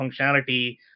functionality